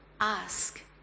ask